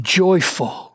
joyful